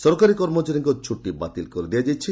ସରକାରୀ କର୍ମଚାରୀଙ୍କ ଛୁଟି ବାତିଲ କରାଯାଇଛି